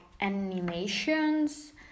animations